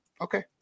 okay